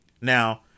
Now